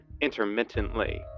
intermittently